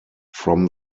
from